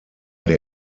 der